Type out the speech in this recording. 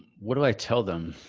what do i tell them?